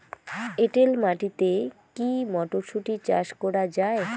এটেল মাটিতে কী মটরশুটি চাষ করা য়ায়?